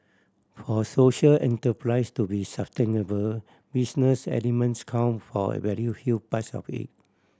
for social enterprise to be sustainable business elements count for a very huge part of it